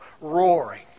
roaring